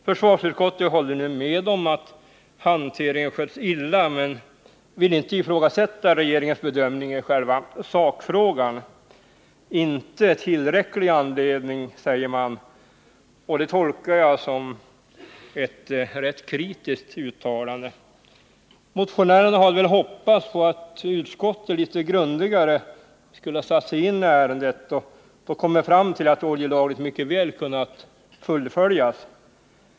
Försvarsutskottet håller nu med om att ärendet skötts illa men vill inte ifrågasätta regeringens bedömning i själva sakfrågan. Det finns det inte tillräcklig anledning till, säger man, och det tolkar jag som ett rätt kritiskt uttalande. Motionärerna hade väl hoppats på att utskottet litet grundligare skulle ha satt sig in i ärendet och då kommit fram till att planerna på oljelagret mycket väl kunnat fullföljas.